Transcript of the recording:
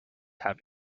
have